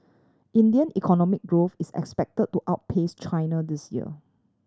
India economic growth is expected to outpace China this year